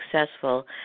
successful